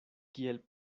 kiel